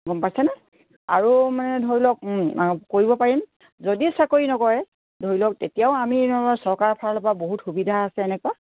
গম পাইছেনে আৰু মানে ধৰি লওক কৰিব পাৰিম যদি চাকৰি নকৰে ধৰি লওক তেতিয়াও আমি চৰকাৰৰ ফালৰ পৰা বহুত সুবিধা আছে এনেকুৱা